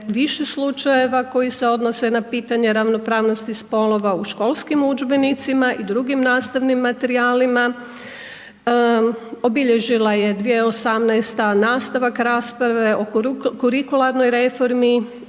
više slučajeva koji se odnose na pitanja ravnopravnosti spolova u školskim udžbenicima i drugim nastavnim materijalima, obilježila je 2018. nastavak rasprave o kurikularnoj reformi